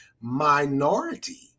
minority